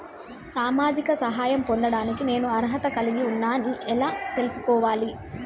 సామాజిక సహాయం పొందడానికి నేను అర్హత కలిగి ఉన్న అని ఎలా తెలుసుకోవాలి?